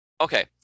Okay